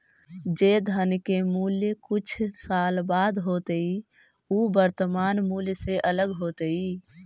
जे धन के मूल्य कुछ साल बाद होतइ उ वर्तमान मूल्य से अलग होतइ